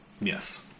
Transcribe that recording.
Yes